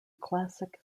classic